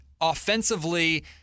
offensively